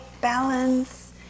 balance